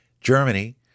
Germany